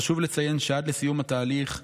חשוב לציין שעד לסיום התהליך,